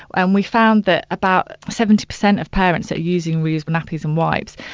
and we found that about seventy percent of parents are using reusable nappies and wipes,